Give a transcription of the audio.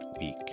week